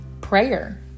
prayer